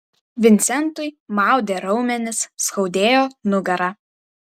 vincentui maudė raumenis skaudėjo nugarą